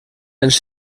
els